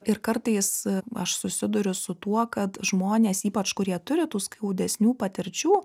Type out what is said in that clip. ir kartais aš susiduriu su tuo kad žmonės ypač kurie turi tų skaudesnių patirčių